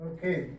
Okay